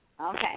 Okay